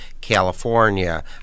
California